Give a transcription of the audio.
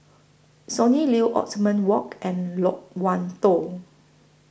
Sonny Liew Othman Wok and Loke Wan Tho